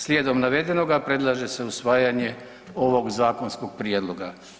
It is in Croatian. Slijedom navedenoga predlaže se usvajanje ovog zakonskog prijedloga.